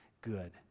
good